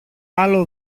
άλλο